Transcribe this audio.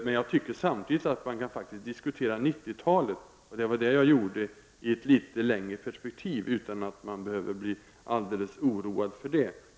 Jag menar att man faktiskt samtidigt med detta kan diskutera 90-talet. Detta var vad jag berörde, utvecklingen i ett litet längre perspektiv. Och det finns ingen anledning att bli oroad på grund av det.